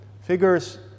figures